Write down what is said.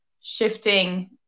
shifting